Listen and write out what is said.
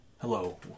Hello